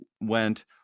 went